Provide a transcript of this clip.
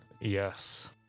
Yes